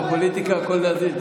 בפוליטיקה הכול נזיל,